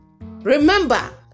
Remember